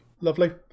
Lovely